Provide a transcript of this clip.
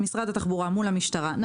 משרד התחבורה מול המשטרה יוצגו לוועדה.